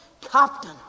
captain